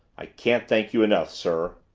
i can't thank you enough, sir.